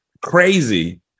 crazy